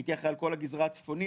הייתי אחראי על כל הגזרה הצפונית.